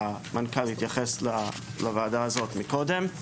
והמנכ"ל התייחס לוועדה הזאת מקודם,